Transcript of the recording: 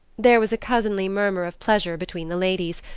there was a cousinly murmur of pleasure between the ladies,